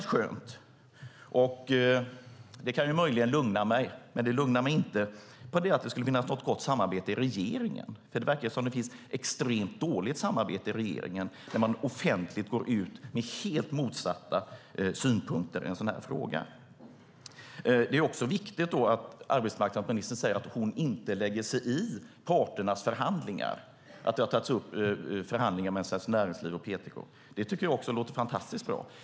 Vad ministern här säger känns alltså skönt. Möjligen kan det lugna mig. Men detta med att det finns ett gott samarbete i regeringen lugnar mig inte. Det verkar i stället vara ett extremt dåligt samarbete i regeringen. Offentligt går man ju ut med helt motsatta synpunkter i en sådan här fråga. Viktigt är också att arbetsmarknadsministern säger att hon inte lägger sig i parternas förhandlingar. Att förhandlingar har tagits upp mellan Svenskt Näringsliv och PTK tycker jag också låter fantastiskt bra.